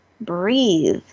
breathe